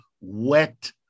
wet